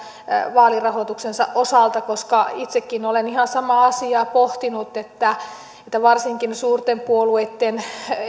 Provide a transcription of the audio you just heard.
vaalirahoituksensa osalta koska itsekin olen ihan samaa asiaa pohtinut että jos varsinkin suurten puolueitten